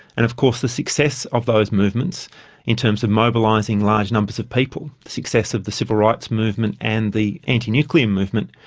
and of course the success of those movements in terms of mobilising large numbers of people, the success of the civil rights movement and the antinuclear movement,